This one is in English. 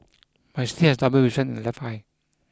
but he still has double vision in the left eye